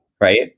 right